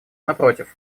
напротив